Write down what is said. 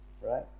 right